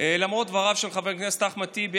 למרות דבריו של חבר הכנסת אחמד טיבי,